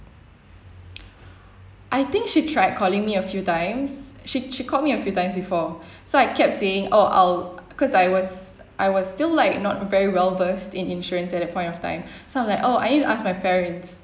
I think she tried calling me a few times she she called me a few times before so I kept saying oh I'll cause I was I was still like not very well versed in insurance at that point of time so I was like oh I need to ask my parents